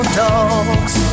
dogs